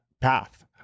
path